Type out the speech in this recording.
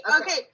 Okay